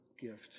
gift